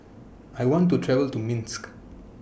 I want to travel to Minsk